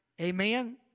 Amen